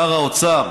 לשר האוצר,